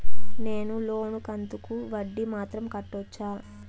నేను లోను కంతుకు వడ్డీ మాత్రం కట్టొచ్చా?